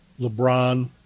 LeBron